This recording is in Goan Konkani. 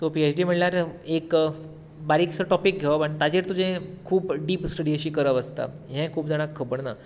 सो पी एच डी म्हळ्यार एक बारीक सो टॉपीक घेवप आनी ताचेर तुजे खूब डीप स्टडी अशी करप आसता हें खूब जाणांक खबर ना